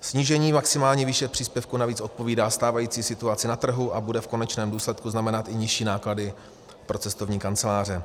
Snížení maximální výše příspěvku navíc odpovídá stávající situaci na trhu a bude v konečném důsledku znamenat i nižší náklady pro cestovní kanceláře.